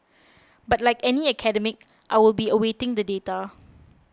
but like any academic I will be awaiting the data